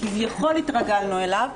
שכביכול התרגלנו אליו,